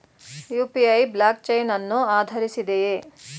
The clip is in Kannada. ಯು.ಪಿ.ಐ ಬ್ಲಾಕ್ ಚೈನ್ ಅನ್ನು ಆಧರಿಸಿದೆಯೇ?